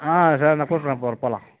ஆ சரி நான் கூப்பிட்றேன் போக போகலாம்